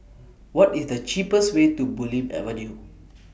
What IS The cheapest Way to Bulim Avenue